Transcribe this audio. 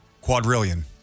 Quadrillion